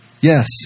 yes